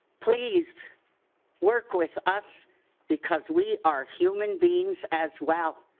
please work with us because we are human beings as well.